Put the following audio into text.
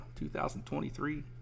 2023